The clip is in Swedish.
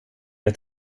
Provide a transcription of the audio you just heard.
ett